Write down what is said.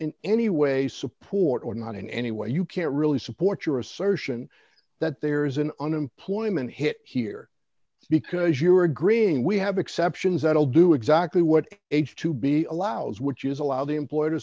in any way support or not in any way you can't really support your assertion that there is an unemployment hit here because you are agreeing we have exceptions that will do exactly what age to be allows which is allow the employer to